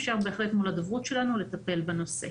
אפשר בהחלט מול הדוברות שלנו לטפל בנושא.